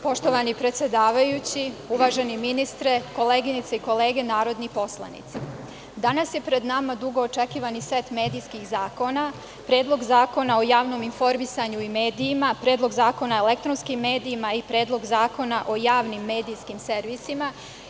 Poštovani predsedavajući, uvaženi ministre, koleginice i kolege narodni poslanici danas je pred nama dugo očekivani set medijskih zakona, Predlog zakona o javnom informisanju i medijima, Predlog zakona o elektronskim medijima i Predlog zakona o javnim medijskim servisima.